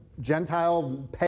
Gentile